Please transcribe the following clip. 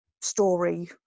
story